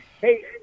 Hey